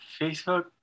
Facebook